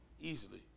easily